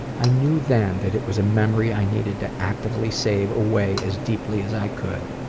i knew then, that it was a memory i needed to actively save away as deeply as i could.